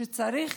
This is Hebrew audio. שצריך